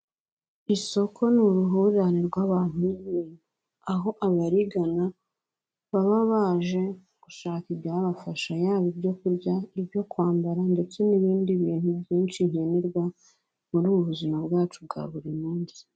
Isoko ni uruhurirane rw'abantu n'ibintu aho abarigana baba baje gushaka ibyabafasha, yaba ibyo kurya, ibyo kwambara ndetse n'ibindi bintu byinshi nkenerwa muri ubu buzima bwacu bwa buri munsi.